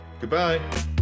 goodbye